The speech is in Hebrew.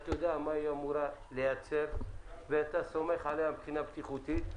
אתה יודע מה היא אמורה לייצר ואתה סומך עליה מבחינה בטיחותית,